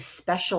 special